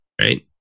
right